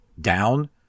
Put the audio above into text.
down